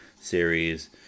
series